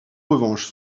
revanche